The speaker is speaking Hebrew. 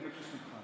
אני מבקש ממך,